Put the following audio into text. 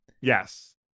Yes